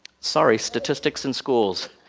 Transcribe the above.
sorry, statistics and schools.